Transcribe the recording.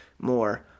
more